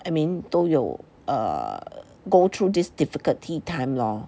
I mean 都有 err go through this difficulty time lor